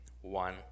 one